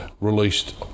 released